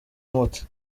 umuti